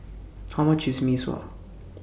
How much IS Mee Sua